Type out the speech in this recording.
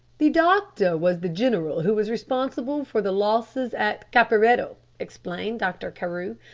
the doctor was the general who was responsible for the losses at caperetto, explained dr. carew.